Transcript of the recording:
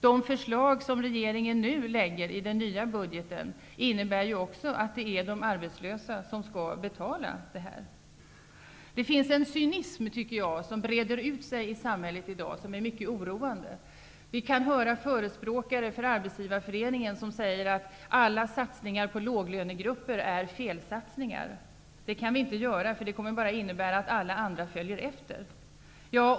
De förslag som regeringen lägger fram i det nya budgetförslaget innebär också att det är de arbetslösa som skall betala. Det finns en cynism som breder ut sig i samhället i dag. Den är mycket oroande. Förespråkare för Arbetsgivareföreningen säger att alla satsningar på låglönegrupper är felsatsningar. De säger att man inte kan göra satsningar på dessa grupper, eftersom det innebär att alla andra följer efter.